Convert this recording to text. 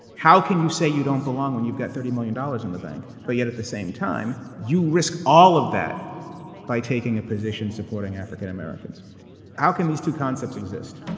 how can you say you don't belong when you've got thirty million dollars in the bank, but yet at the same time, you risk all of that by taking a position supporting african-americans? how can these two concepts exist?